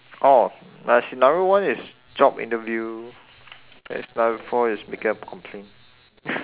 orh my scenario one is job interview then scenario four is making a complaint